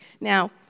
Now